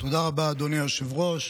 אדוני היושב-ראש.